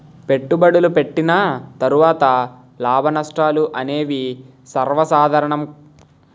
పెట్టుబడులు పెట్టిన తర్వాత లాభనష్టాలు అనేవి సర్వసాధారణం